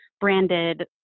branded